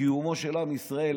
לקיומו של עם ישראל,